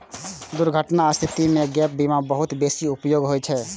दुर्घटनाक स्थिति मे गैप बीमा बहुत बेसी उपयोगी होइ छै